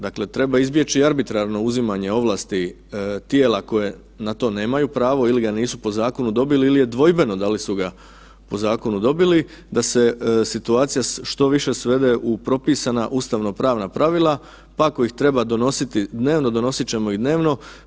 Dakle, treba izbjeći arbitrarno uzimanje ovlasti tijela koje na to nemaju pravo ili ga nisu po zakonu dobili ili je dvojbeno da li su ga po zakonu dobili da se situacija što više svede u propisana ustavnopravna pravila, pa ako ih treba donositi dnevno, donosit ćemo ih dnevno.